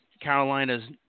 Carolina's